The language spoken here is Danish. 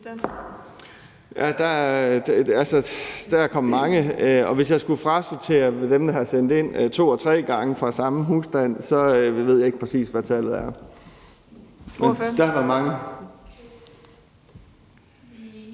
Der er kommet mange. Hvis jeg skulle frasortere dem, der har sendt ind to eller tre gange fra samme husstand, ved jeg ikke, præcis hvad tallet er. Men der har